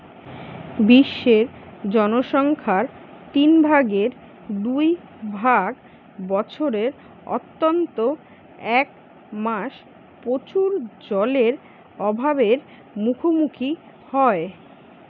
বিশ্বের জনসংখ্যার তিন ভাগের দু ভাগ বছরের অন্তত এক মাস প্রচুর জলের অভাব এর মুখোমুখী হয়